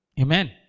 Amen